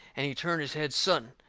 and he turned his head sudden.